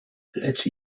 lecz